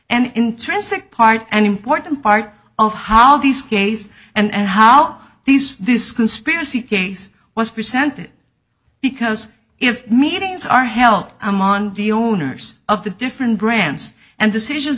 and intrinsic part an important part of how these cases and how these this conspiracy case was presented because if meetings are held i'm on the owners of the different brands and decisions